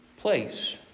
Place